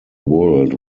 world